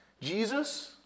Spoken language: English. Jesus